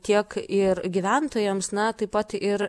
tiek ir gyventojams na taip pat ir